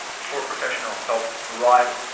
before professional help arrives.